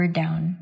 down